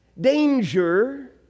danger